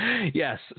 yes